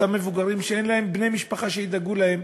אותם מבוגרים שאין להם בני משפחה שידאגו להם,